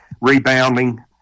rebounding